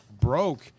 broke